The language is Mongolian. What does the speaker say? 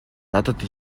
надад